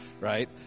right